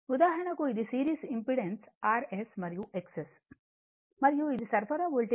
ఉదాహరణకు ఇది series impedance Rs మరియు XS మరియు ఇది సరఫరా వోల్టేజ్ V